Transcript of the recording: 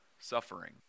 suffering